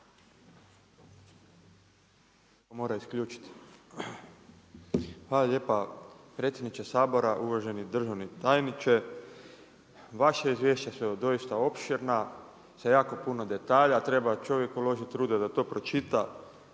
Hvala lijepa predsjedniče Sabora. Uvaženi državne tajniče, vaša izvješća su doista opširna, sa jako puno detalja, treba čovjek uložiti truda da to pročita,